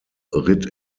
ritt